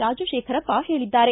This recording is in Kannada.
ರಾಜಶೇಖರಪ್ಪ ಹೇಳಿದ್ದಾರೆ